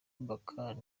bakary